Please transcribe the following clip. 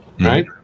right